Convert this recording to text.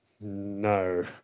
No